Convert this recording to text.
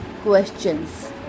questions